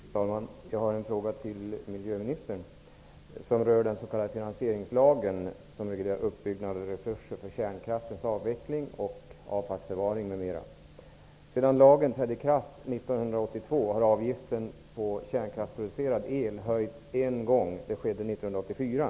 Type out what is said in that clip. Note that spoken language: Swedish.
Fru talman! Jag har en fråga till miljöministern som rör den s.k. finansieringslagen, som reglerar uppbyggnad av resurser för kärnkraftens avveckling och avfallsbevaring m.m. Sedan lagen trädde i kraft 1982 har avgiften på kärnkraftsproducerad el höjts en gång. Det skedde 1984.